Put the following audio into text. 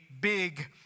big